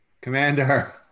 Commander